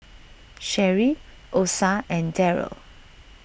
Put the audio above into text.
Sherie Osa and Derrell